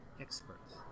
experts